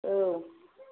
औ